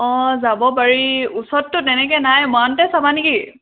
অ যাব পাৰি ওচৰততো তেনেকৈ নাই মৰাণতে চাবা নেকি